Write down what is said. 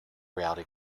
reality